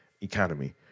economy